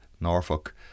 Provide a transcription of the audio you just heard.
Norfolk